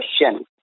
question